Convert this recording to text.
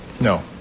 No